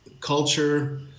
culture